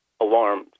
alarmed